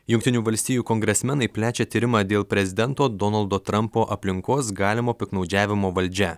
jungtinių valstijų kongresmenai plečia tyrimą dėl prezidento donaldo trampo aplinkos galimo piktnaudžiavimo valdžia